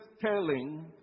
telling